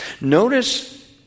Notice